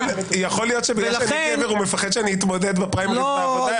יכול להיות שבגלל שאני גבר הוא מפחד שאני אתמודד בפריימריז בעבודה?